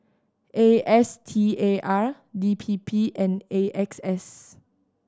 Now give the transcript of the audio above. A S T A R D P P and A X S